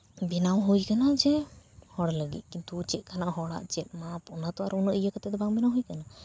ᱵᱮᱱᱟᱣ ᱦᱩᱭ ᱠᱟᱱᱟ ᱡᱮ ᱦᱚᱲ ᱞᱟᱹᱜᱤᱫ ᱠᱤᱱᱛᱩ ᱪᱮᱫ ᱠᱟᱱᱟᱜ ᱦᱚᱲᱟᱜ ᱪᱮᱫ ᱢᱟᱯ ᱚᱱᱟ ᱫᱚ ᱩᱱᱟᱹᱜ ᱤᱭᱟᱹ ᱠᱟᱛᱮᱫ ᱵᱟᱝ ᱵᱮᱱᱟᱣ ᱦᱩᱭ ᱠᱟᱱᱟ